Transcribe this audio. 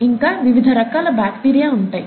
ఇంకా వివిధ రకాల బాక్టీరియా ఉంటాయి